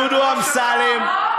דרך אגב,